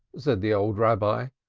said the old rabbi,